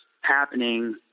happening